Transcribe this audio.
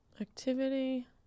Activity